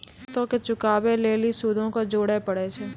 किश्तो के चुकाबै लेली सूदो के जोड़े परै छै